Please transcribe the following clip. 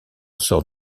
sort